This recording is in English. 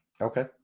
Okay